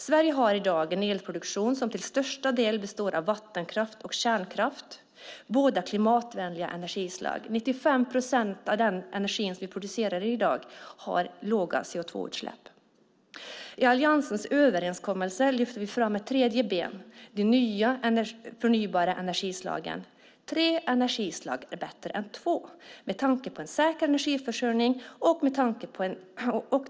Sverige har i dag en elproduktion som till största delen består av vattenkraft och kärnkraft - båda klimatvänliga energislag. 95 procent av den energi som vi producerar i dag har låga CO2-utsläpp. I Alliansens överenskommelse lyfter vi fram ett tredje ben: de nya förnybara energislagen. Tre energislag är bättre än två med tanke på en säker energiförsörjning.